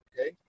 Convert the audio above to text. okay